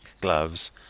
gloves